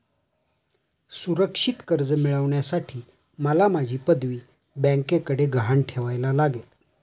सुरक्षित कर्ज मिळवण्यासाठी मला माझी पदवी बँकेकडे गहाण ठेवायला लागेल